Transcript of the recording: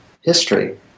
history